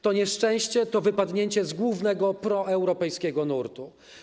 To nieszczęście, to wypadnięcie z głównego proeuropejskiego nurtu.